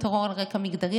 הוא טרור על רקע מגדרי,